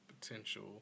potential